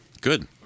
Good